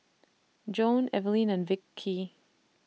Joann Eveline and Vicy